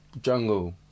jungle